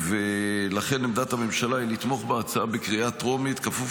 ולכן עמדת הממשלה היא לתמוך בהצעה בקריאה טרומית בכפוף